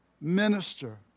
minister